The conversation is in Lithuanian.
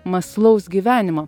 mąslaus gyvenimo